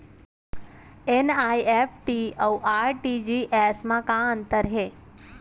NEFT अऊ RTGS मा का अंतर हे?